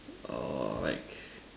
or like